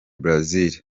brazil